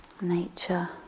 nature